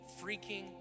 freaking